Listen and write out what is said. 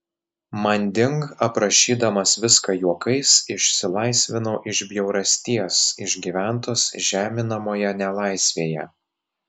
manding aprašydamas viską juokais išsilaisvinau iš bjaurasties išgyventos žeminamoje nelaisvėje